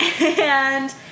and-